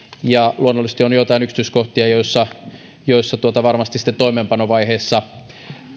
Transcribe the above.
ja luonnollisesti on joitain yksityiskohtia joissa joissa varmasti sitten toimeenpanovaiheessa